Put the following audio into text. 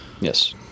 Yes